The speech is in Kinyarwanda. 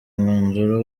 umwanzuro